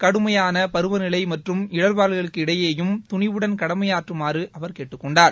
கடுமையானபருவநிலைமற்றும் இடப்பாடுகளுக்கு இடையேயும் துணிவுடன் கடமையாற்றுமாறுஅவர் கேட்டுக்கொண்டார்